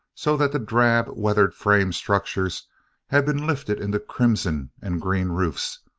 so that the drab, weathered frame structures had been lifted into crimson and green roofs,